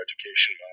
education